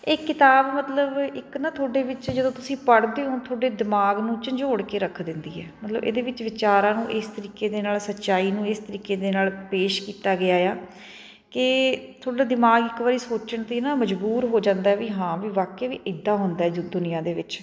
ਇਹ ਕਿਤਾਬ ਮਤਲਬ ਇੱਕ ਨਾ ਤੁਹਾਡੇ ਵਿੱਚ ਜਦੋਂ ਤੁਸੀਂ ਪੜ੍ਹਦੇ ਹੋ ਤੁਹਾਡੇ ਦਿਮਾਗ ਨੂੰ ਝੰਝੋੜ ਕੇ ਰੱਖ ਦਿੰਦੀ ਹੈ ਮਤਲਬ ਇਹਦੇ ਵਿੱਚ ਵਿਚਾਰਾਂ ਨੂੰ ਇਸ ਤਰੀਕੇ ਦੇ ਨਾਲ ਸੱਚਾਈ ਨੂੰ ਇਸ ਤਰੀਕੇ ਦੇ ਨਾਲ ਪੇਸ਼ ਕੀਤਾ ਗਿਆ ਆ ਕਿ ਤੁਹਾਡਾ ਦਿਮਾਗ ਇੱਕ ਵਾਰੀ ਸੋਚਣ 'ਤੇ ਨਾ ਮਜਬੂਰ ਹੋ ਜਾਂਦਾ ਵੀ ਹਾਂ ਵੀ ਵਾਕਈ ਵੀ ਇੱਦਾਂ ਹੁੰਦਾ ਜੋ ਦੁਨੀਆਂ ਦੇ ਵਿੱਚ